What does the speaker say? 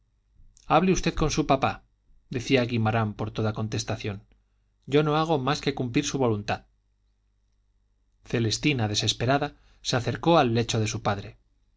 hable usted con su papá decía guimarán por toda contestación yo no hago más que cumplir su voluntad celestina desesperada se acercó al lecho de su padre